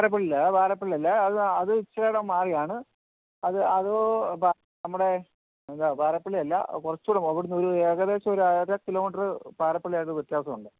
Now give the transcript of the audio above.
വാരപ്പള്ളി അല്ല വാരപ്പള്ളി അല്ല അത് അത് ഇച്ചിരികൂടെ മാറിയാണ് അത് അത് നമ്മുടെ എന്താ വാരപ്പള്ളി അല്ല കുറച്ചുകൂടെയും അവിടുന്ന് ഒരു ഏകദേശം ഒരു അര കിലോമീറ്ററ് പാരപ്പള്ളി അത് വ്യത്യാസം ഉണ്ട്